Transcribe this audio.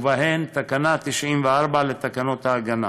ובהן תקנה 94 לתקנות ההגנה.